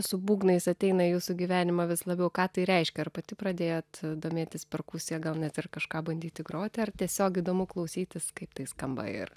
su būgnais ateina jūsų gyvenimą vis labiau ką tai reiškia ar pati pradėjot domėtis perkusija gal net ir kažką bandyti groti ar tiesiog įdomu klausytis kaip tai skamba ir